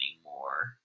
anymore